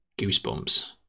goosebumps